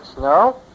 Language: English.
no